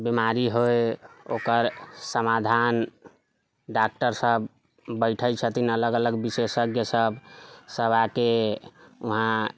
बीमारी हइ ओकर समाधान डॉक्टर सभ बैठे छथिन अलग अलग विशेषज्ञ सभ सभ आकऽ वहाँ